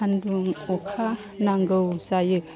सानदुं अखा नांगौ जायो